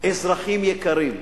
אזרחים יקרים,